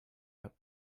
out